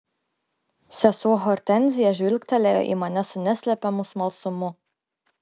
sesuo hortenzija žvilgtelėjo į mane su neslepiamu smalsumu